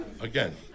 Again